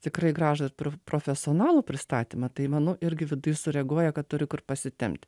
tikrai gražų ir pro profesionalų pristatymą tai manau irgi viduj sureaguoja kad turi kur pasitempt